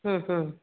ಹ್ಞೂ ಹ್ಞೂ